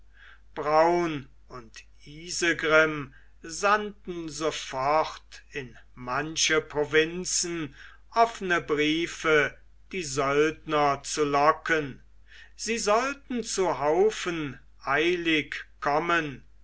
braun und isegrim sandten sofort in manche provinzen offene briefe die söldner zu locken sie sollten zu haufen eilig kommen